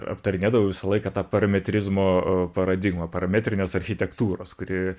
aptarinėdavau visą laiką tą parametrizavimo paradigmą parametrinės architektūros kuri